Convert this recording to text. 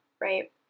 right